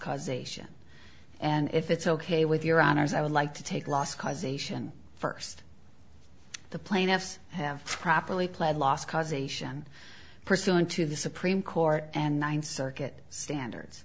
causation and if it's ok with your honor's i would like to take last causation first the plaintiffs have properly pled lost causation pursuant to the supreme court and ninth circuit standards